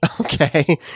okay